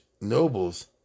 nobles